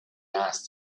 asked